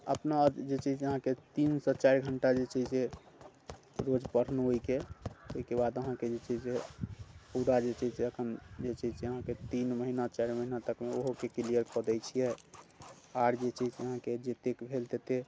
अपना जे छै से अहाँके तीनसँ चारि घण्टा जे छै से रोज पढ़लहुँ ओइके ओइके बाद अहाँके जे छै से पूरा जे छै से एखन जे छै से अहाँके तीन महिना चारि महिना तकमे ओहोके क्लियर कऽ दै छियै आओर जे छै से अहाँके जतेक भेल तते